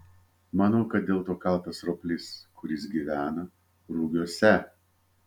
manau kad dėl to kaltas roplys kuris gyvena rugiuose